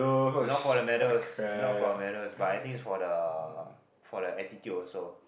not for the medals not for the medals but I think is for the for the attitude also